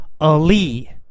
Ali